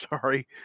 sorry